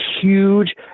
huge